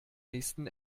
nächsten